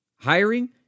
Hiring